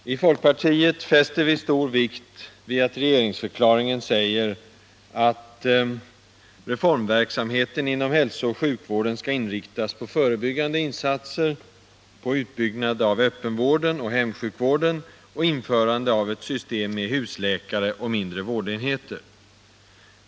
Herr talman! I folkpartiet fäster vi stor vikt vid regeringsförklaringens ord att reformverksamheten inom hälsooch sjukvården skall inriktas på förebyggande insatser, på utbyggnad av öppenvården och hemsjukvården samt på införande av ett system med husläkare och mindre vårdenheter.